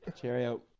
Cheerio